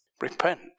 Repent